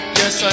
yes